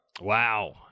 Wow